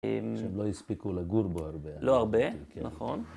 ‫עכשיו לא הספיקו לגור בו הרבה. ‫-לא הרבה, נכון.